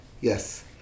Yes